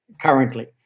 currently